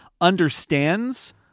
understands